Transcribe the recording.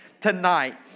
tonight